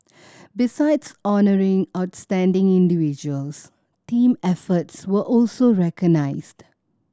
besides honouring outstanding individuals team efforts were also recognised